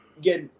get